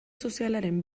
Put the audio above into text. sozialaren